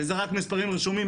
וזה רק מספרים רשומים,